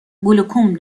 گلوکوم